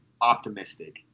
optimistic